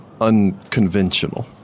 unconventional